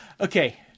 Okay